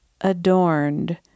adorned